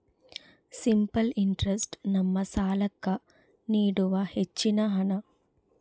simple interest ನಮ್ಮ ಸಾಲ್ಲಾಕ್ಕ ನೀಡುವ ಹೆಚ್ಚಿನ ಹಣ್ಣ